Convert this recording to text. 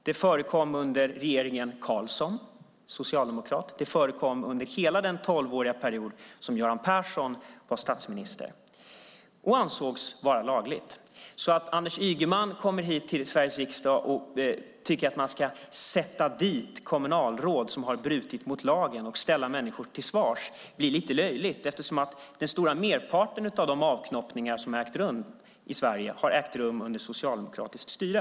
Detta förekom under regeringen Carlsson, socialdemokratisk, och det förekom under hela tolvårsperioden då Göran Persson var statsminister och det ansågs vara lagligt. Att Anders Ygeman kommer till Sveriges riksdag och där tycker att man ska sätta dit kommunalråd som brutit mot lagen och ställa människor till svars blir lite löjligt eftersom den stora merparten av de avknoppningar som ägt rum i Sverige ägt rum under socialdemokratiskt styre.